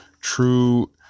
true